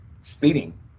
speeding